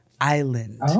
Island